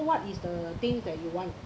what is the thing that you want